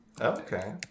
Okay